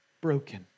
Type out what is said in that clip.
broken